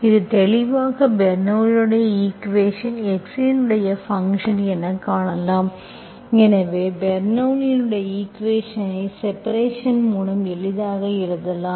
இது தெளிவாக பெர்னோள்ளியின் ஈக்குவேஷன் x இன் ஃபங்க்ஷன் எனக் காணலாம் எனவே பெர்னோள்ளியின் ஈக்குவேஷன்ஐ செப்பரேஷன் மூலம் எளிதாக எழுதலாம்